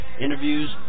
interviews